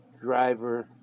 driver